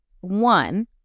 one